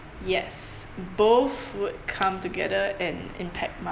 yes both would come together and impact my